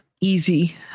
easy